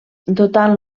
dotant